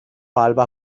alba